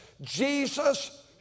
Jesus